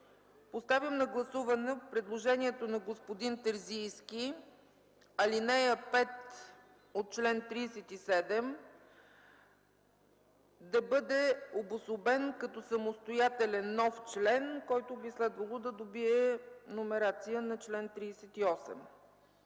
Поставям на гласуване предложението на господин Терзийски ал. 5, от чл. 37 да бъде обособена, като самостоятелен нов член и би трябвало да добие номерация чл. 38.